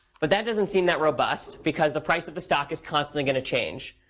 but that doesn't seem that robust, because the price of the stock is constantly going to change.